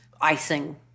icing